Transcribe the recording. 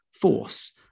force